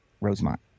Rosemont